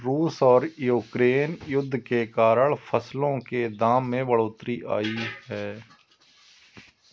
रूस और यूक्रेन युद्ध के कारण फसलों के दाम में बढ़ोतरी आई है